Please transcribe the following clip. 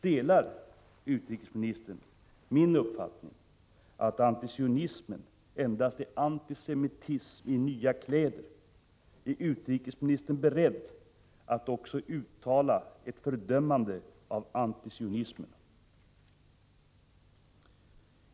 Delar utrikesministern min uppfattning att antisionismen endast är antisemitism i nya kläder? Är utrikesministern beredd att uttala ett fördömande också av antisionismen?